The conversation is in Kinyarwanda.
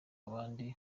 abandi